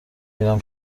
میرم